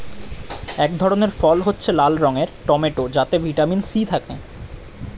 এক ধরনের ফল হচ্ছে লাল রঙের টমেটো যাতে ভিটামিন সি থাকে